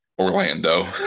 orlando